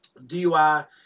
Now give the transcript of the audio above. DUI